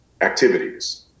activities